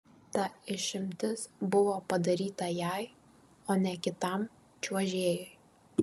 ta išimtis buvo padaryta jai o ne kitam čiuožėjui